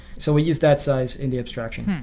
so we used that size in the abstraction.